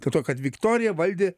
dėl to kad viktorija valdė